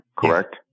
Correct